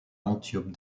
antiope